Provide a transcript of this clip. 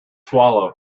sallow